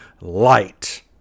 light